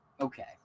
Okay